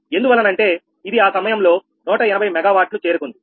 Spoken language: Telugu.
ఎందువల్లనంటే ఇది ఆ సమయంలో 180 మెగావాట్లు చేరుకుంది